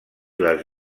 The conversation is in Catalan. les